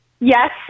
Yes